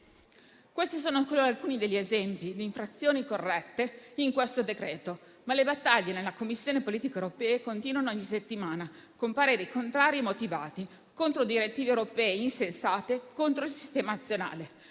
Questi sono solo alcuni degli esempi di infrazioni corrette in questo decreto. Ma le battaglie nella Commissione politiche europee continuano ogni settimana, con pareri contrari motivati contro direttive europee insensate contro il nostro sistema nazionale.